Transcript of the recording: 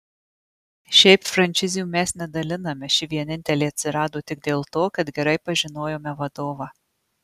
šiaip frančizių mes nedaliname ši vienintelė atsirado tik dėl to kad gerai pažinojome vadovą